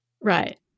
Right